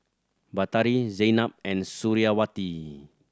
Batari Zaynab and Suriawati